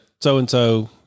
so-and-so